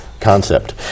Concept